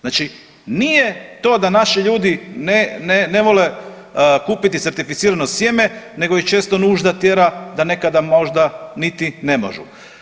Znači nije to da naši ljudi ne vole kupiti certificirano sjeme, nego često i nužda tjera da nekada možda ni ne mogu.